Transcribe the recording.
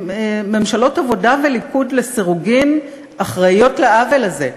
ממשלות עבודה וליכוד לסירוגין אחראיות לעוול הזה.